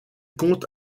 compte